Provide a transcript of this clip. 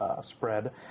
Spread